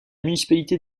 municipalité